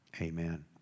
Amen